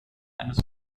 eines